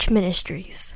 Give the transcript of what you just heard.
Ministries